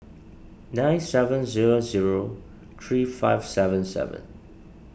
nine seven zero zero three five seven seven